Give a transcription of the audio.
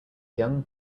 young